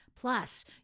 Plus